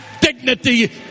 Dignity